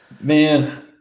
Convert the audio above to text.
man